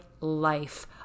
life